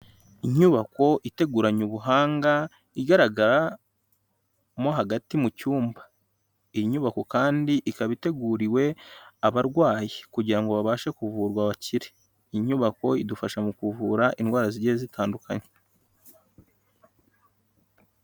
Inyubako iteguranye ubuhanga igaragara mo hagati mu cyumba, iyi nyubako kandi ikaba iteguriwe abarwayi kugira ngo babashe kuvurwa bakire, iyi nyubako idufasha mu kuvura indwara zigiye zitandukanye.